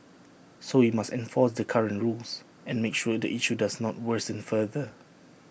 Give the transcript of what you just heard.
so we must enforce the current rules and make sure the issue does not worsen further